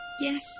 Yes